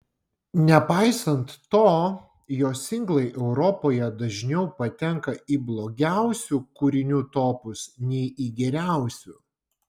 nepaisant to jo singlai europoje dažniau patenka į blogiausių kūrinių topus nei į geriausių